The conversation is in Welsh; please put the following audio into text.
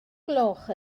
gloch